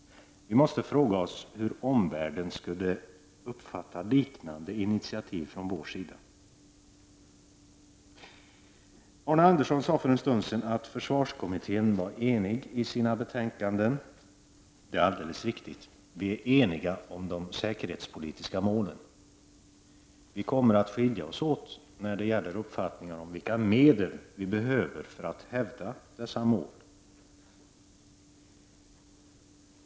Vi måste då fråga oss hur omvärlden skulle uppfatta liknande initiativ från vår sida. Arne Andersson i Ljung sade för en stund sedan att försvarskommittén var enig i sina betänkanden. Det är alldeles riktigt. Vi är eniga om de säkerhetspolitiska målen. Vi kommer att skilja oss åt när det gäller uppfattningar om vilka medel vi behöver för att hävda dessa mål.